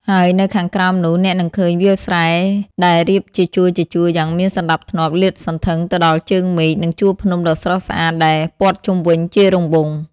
ហើយនៅខាងក្រោមនោះ អ្នកនឹងឃើញវាលស្រែដែលរៀបជាជួរៗយ៉ាងមានសណ្ដាប់ធ្នាប់លាតសន្ធឹងទៅដល់ជើងមេឃ និងជួរភ្នំដ៏ស្រស់ស្អាតដែលព័ទ្ធជុំវិញជារង្វង់។